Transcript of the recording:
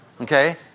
Okay